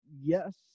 yes